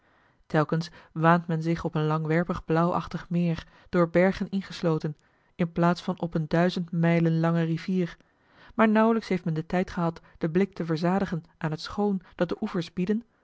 telkens waant men zich op een langwerpig blauwachtig meer door bergen ingesloten inplaats van op eene duizend mijlen lange rivier maar nauwelijks heeft men den tijd gehad den blik te verzadigen aan het schoon dat de oevers bieden